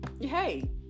Hey